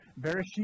Bereshit